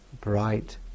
bright